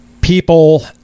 People